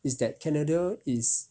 is that canada is